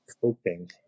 coping